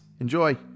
enjoy